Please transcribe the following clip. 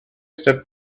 stepped